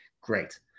great